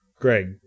Greg